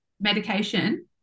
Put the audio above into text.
medication